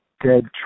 dead